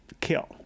kill